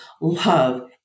love